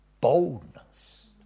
boldness